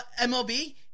MLB